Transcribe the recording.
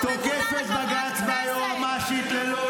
למה הוא עושה לך